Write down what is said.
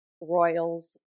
royals